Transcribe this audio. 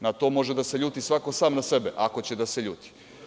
Na to može da se ljudi svako sam na sebe, ako će da se ljuti.